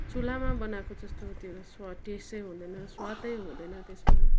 चुल्हामा बनाएको जस्तो त्यो स्वा टेसै हुँदैन स्वादै हुँदैन त्यसमा